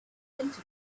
moved